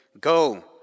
Go